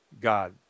God